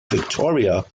victoria